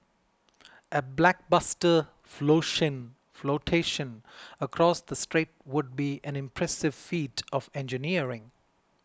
a blockbuster flotation across the strait would be an impressive feat of engineering